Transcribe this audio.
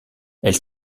elle